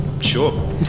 Sure